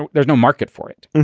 and there's no market for it.